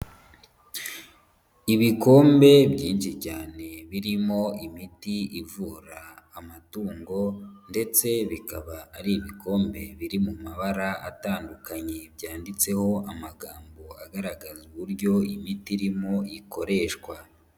Ibikombe byinshi cyane birimo imiti ivura amatungo ndetse bikaba ari ibikombe biri mu mabara atandukanye byanditseho amagambo agaragaza uburyo imiti irimo ikoreshwa.